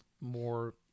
more